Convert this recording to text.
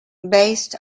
based